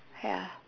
ya